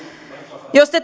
jos te